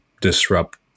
disrupt